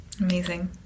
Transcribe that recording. Amazing